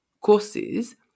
courses